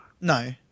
No